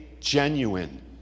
genuine